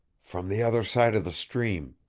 from the other side of the stream.